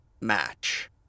match